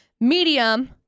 Medium